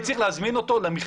אני צריך להזמין אותו למכרז.